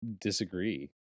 disagree